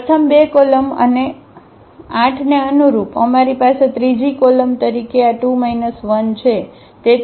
પ્રથમ બે કોલમ અને 8 ને અનુરૂપ અમારી પાસે ત્રીજી કોલમ તરીકે આ 2 1 છે